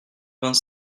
vingt